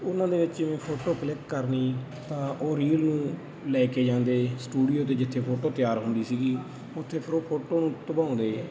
ਉਹਨਾਂ ਦੇ ਵਿੱਚ ਜਿਵੇਂ ਫੋਟੋ ਕਲਿੱਕ ਕਰਨੀ ਤਾਂ ਉਹ ਰੀਲ ਨੂੰ ਲੈ ਕੇ ਜਾਂਦੇ ਸਟੂਡੀਓ ਅਤੇ ਜਿੱਥੇ ਫੋਟੋ ਤਿਆਰ ਹੁੰਦੀ ਸੀਗੀ ਉੱਥੇ ਫਿਰ ਉਹ ਫੋਟੋ ਨੂੰ ਧਵਾਉਂਦੇ